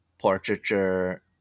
portraiture